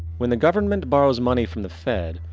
when the government borrows money from the fed,